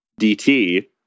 DT